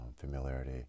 familiarity